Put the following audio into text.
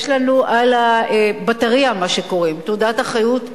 יש לנו על הבטרייה תעודת אחריות מודבקת.